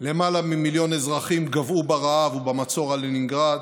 למעלה ממיליון אזרחים גוועו ברעב במצור על לנינגרד,